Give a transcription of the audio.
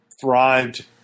thrived